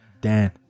Dan